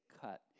cut